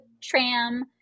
tram